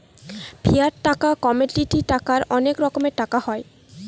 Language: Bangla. ফিয়াট টাকা, কমোডিটি টাকার অনেক রকমের টাকা হয়